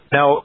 Now